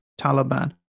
Taliban